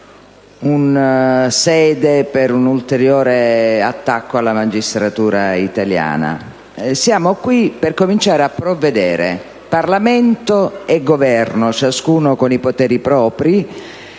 la sede per un ulteriore attacco alla magistratura italiana. Siamo qui per cominciare a provvedere, Parlamento e Governo, ciascuno con i poteri propri